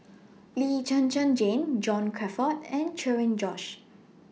Lee Zhen Zhen Jane John Crawfurd and Cherian George